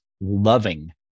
loving